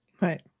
right